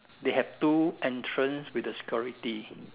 they have two entrance with the security